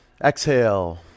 Exhale